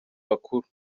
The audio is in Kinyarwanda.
bakuru